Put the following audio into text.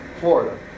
Florida